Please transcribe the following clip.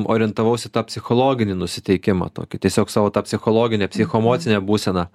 orientavaus į tą psichologinį nusiteikimą tokį tiesiog savo ta psichologine psichoemocinę būseną